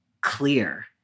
clear